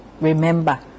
remember